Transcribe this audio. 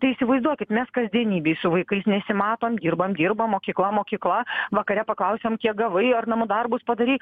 tai įsivaizduokit mes kasdienybėj su vaikais nesimatom dirbam dirbam mokykla mokykla vakare paklausėm kiek gavai ar namų darbus padarei